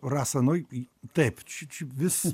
rasa nui i taip šičia vis